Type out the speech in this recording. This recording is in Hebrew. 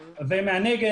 ומנגד,